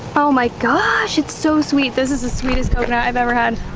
oh my gosh, it's so sweet! this is the sweetest coconut i've ever had!